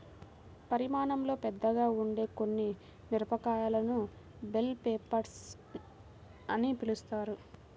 పరిమాణంలో పెద్దగా ఉండే కొన్ని మిరపకాయలను బెల్ పెప్పర్స్ అని పిలుస్తారు